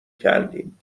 کردیم